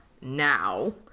now